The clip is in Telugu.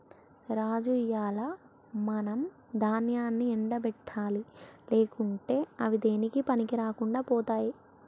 రాజు ఇయ్యాల మనం దాన్యాన్ని ఎండ పెట్టాలి లేకుంటే అవి దేనికీ పనికిరాకుండా పోతాయి